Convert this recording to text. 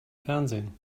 fernsehen